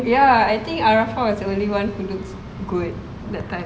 ya I think arafah was the only one who looks good that type